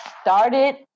started